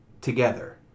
together